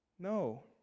No